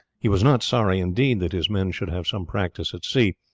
he was not sorry, indeed, that his men should have some practise at sea,